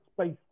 space